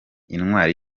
intwari